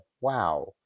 wow